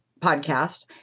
podcast